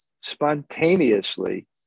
spontaneously